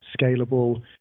scalable